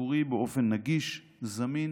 ציבורי באופן נגיש, זמין